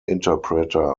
interpreter